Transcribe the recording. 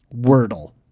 Wordle